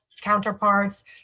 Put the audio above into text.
counterparts